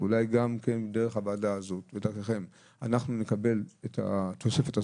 ואולי גם כן דרך הוועדה הזאת ודרככם אנחנו נקבל את התוספת הזאת,